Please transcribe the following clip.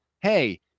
Hey